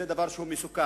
זה דבר מסוכן.